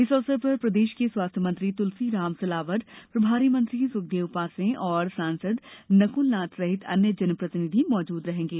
इस अवसर पर प्रदेश के स्वास्थ्य मंत्री तुलसीराम सिलावट प्रभारी मंत्री सुखदेव पांसे और सांसद नकल नाथ सहित अन्य जनप्रतिनिधि मौजूद रहेंगे